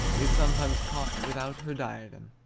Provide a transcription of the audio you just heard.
is sometimes caught without her diadem.